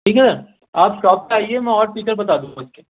ٹھیک ہے آپ شاپ پہ آئیے میں اور فیچر بتا دوں گا اس کے